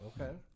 Okay